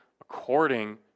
according